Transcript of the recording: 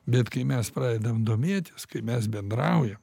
bet kai mes pradedam domėtis kaip mes bendraujam